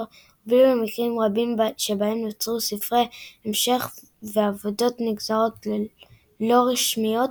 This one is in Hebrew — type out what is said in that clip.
הובילו למקרים רבים שבהם נוצרו ספרי המשך ועבודות נגזרות לא רשמיות,